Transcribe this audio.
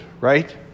right